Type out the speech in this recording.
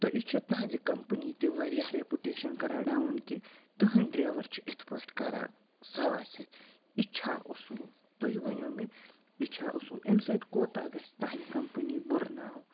تہٕ یہِ چھِ تُہٕنٛزِ کَمپٔنی تہِ واریاہ رٮ۪پُٹیشَن کَران ڈاوُن کہِ تُہٕنٛدۍ ڈرٛیوَر چھِ اِتھ پٲٹھۍ کَران سوارِ سۭتۍ اِ چھا اصوٗل تُہۍ ؤنِو مےٚ یہِ چھا اصوٗل امہِ سۭتۍ کوٗتاہ گژھِ تَہَںٛدۍ کَمپٔنی بُرٕ ناو